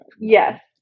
Yes